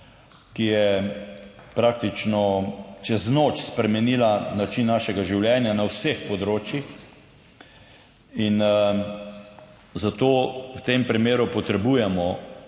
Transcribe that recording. ki je praktično čez noč spremenila način našega življenja na vseh področjih in zato v tem primeru potrebujemo